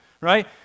right